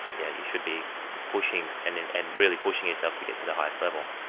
yeah you should be pushing and and and really pushing yourself to get to the highest levels.